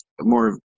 more